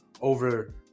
over